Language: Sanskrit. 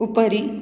उपरि